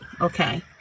Okay